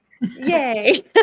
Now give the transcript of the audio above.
Yay